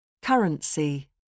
Currency